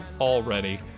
already